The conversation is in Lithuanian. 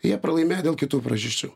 jie pralaimėjo dėl kitų priežasčių